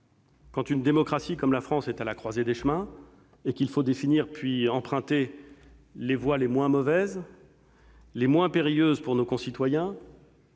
Quand une démocratie comme la France est à la croisée des chemins et qu'il faut définir, puis emprunter, les voies les moins mauvaises, les moins périlleuses pour nos concitoyens,